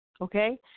okay